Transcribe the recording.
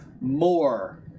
more